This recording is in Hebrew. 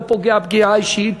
אני לא פוגע פגיעה אישית,